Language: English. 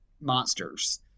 monsters